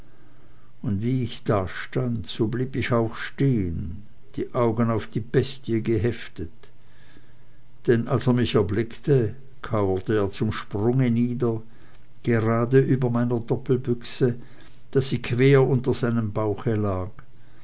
und wie ich dastand so blieb ich auch stehen die augen auf die bestie geheftet denn als er mich erblickte kauerte er zum sprunge nieder gerade über meiner doppelbüchse daß sie quer unter seinem bauche lag